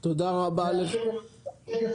שקף